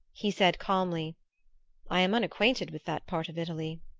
he said calmly i am unacquainted with that part of italy.